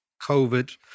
COVID